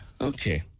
okay